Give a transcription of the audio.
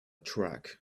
track